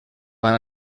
van